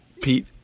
Pete